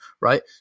right